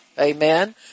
Amen